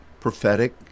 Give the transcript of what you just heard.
prophetic